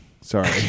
Sorry